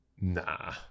Nah